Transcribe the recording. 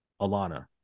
Alana